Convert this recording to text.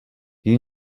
you